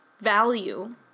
value